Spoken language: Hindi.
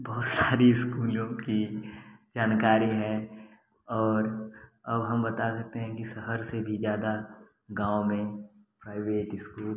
बहुत सारी इस्कूलों की जानकारी है और अब हम बता देते हैं कि शहर से भी ज़्यादा गाँव में प्राइवेट इस्कूल